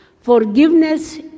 Forgiveness